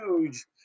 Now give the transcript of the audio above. huge